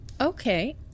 okay